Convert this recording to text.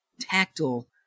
tactile